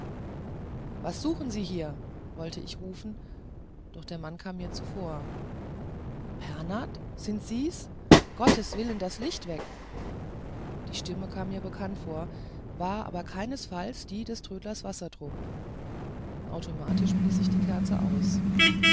was suchen sie hier wollte ich rufen doch der mann kam mir zuvor pernath sie sind's gotteswillen das licht weg die stimme kam mir bekannt vor war aber keinesfalls die des trödlers wassertrum automatisch blies ich die kerze aus